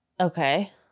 Okay